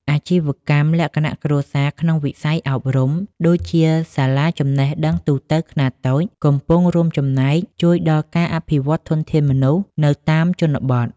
អាជីវកម្មលក្ខណៈគ្រួសារក្នុងវិស័យអប់រំ ដូចជាសាលាចំណេះដឹងទូទៅខ្នាតតូច កំពុងរួមចំណែកជួយដល់ការអភិវឌ្ឍធនធានមនុស្សនៅតាមជនបទ។